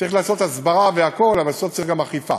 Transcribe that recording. צריך לעשות הסברה והכול, אבל בסוף צריך גם אכיפה,